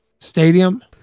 Stadium